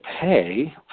pay